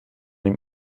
ihm